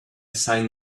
sign